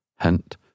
Hint